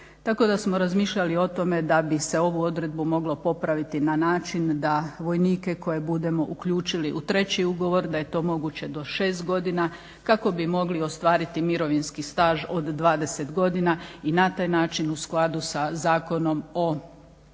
Tako da smo razmišljali o tome da bi se ovu odredbu moglo popraviti na način da vojnike koje budemo uključili u teći ugovor, da je to moguće do 6 godina kako bi mogli ostvariti mirovinski staž od dvadeset godina i na taj način u skladu sa zakonom o